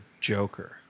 Joker